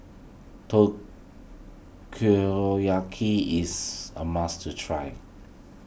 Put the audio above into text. Takoyaki is a must try